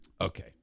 Okay